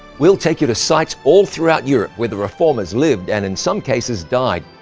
we'll take you to sites all throughout europe where the reformers lived and, in some cases, died.